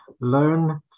learn